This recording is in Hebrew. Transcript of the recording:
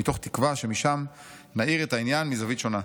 מתוך תקווה שמשם נאיר את העניין מזווית שונה.